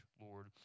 Lord